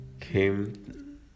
came